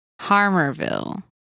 Harmerville